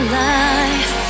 life